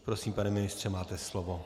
Prosím, pane ministře, máte slovo.